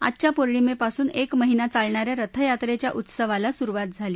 आजच्या पौणिमेपासून एक महिना चालणा या रथयात्रेच्या उत्सवाला सुरुवात झाली